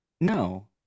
no